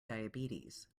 diabetes